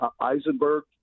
Eisenberg